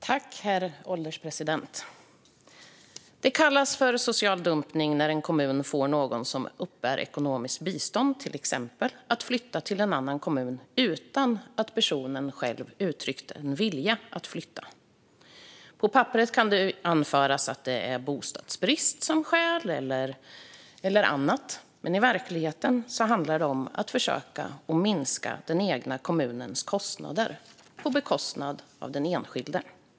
Herr ålderspresident! Det kallas för social dumpning när en kommun får en person som till exempel uppbär ekonomiskt bistånd att flytta till en annan kommun utan att personen själv har uttryckt en vilja att flytta. På papperet kan bostadsbrist eller annat anföras som skäl, men i verkligheten handlar det om att försöka minska den egna kommunens kostnader på bekostnad av den enskilde.